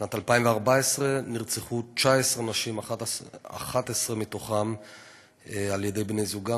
בשנת 2014 נרצחו 19 נשים,11 מהן בידי בני-זוגן